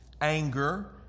anger